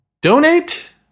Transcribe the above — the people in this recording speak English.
Donate